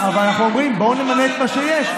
אבל אנחנו אומרים: בואו נמנה את מה שיש.